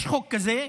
יש חוק כזה,